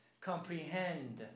comprehend